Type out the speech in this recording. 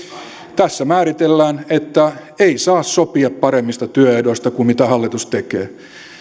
tässä määritellään että ei saa sopia paremmista työehdoista kuin mitä hallitus tekee